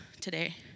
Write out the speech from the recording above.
today